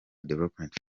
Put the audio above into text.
development